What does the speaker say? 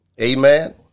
Amen